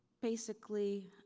basically,